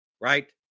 right